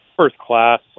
first-class